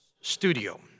studio